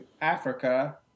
Africa